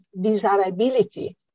desirability